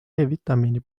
vitamiini